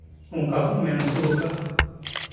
ᱚᱱᱠᱟ ᱠᱚ ᱢᱮᱱ ᱦᱚᱴᱚ ᱠᱟᱜᱼᱟ